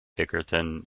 bickerton